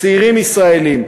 צעירים ישראלים,